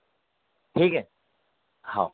ठीक है हाँ